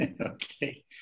Okay